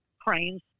cranes